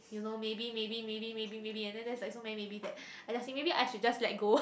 you know maybe maybe maybe maybe maybe and then that's like so many maybe that I just think like maybe I should just let go